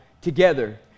together